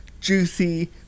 juicy